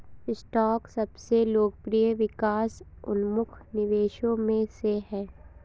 stock सबसे लोकप्रिय विकास उन्मुख निवेशों में से है